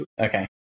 Okay